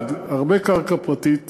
אחד, הרבה קרקע פרטית.